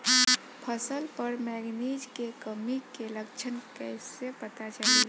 फसल पर मैगनीज के कमी के लक्षण कइसे पता चली?